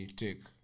take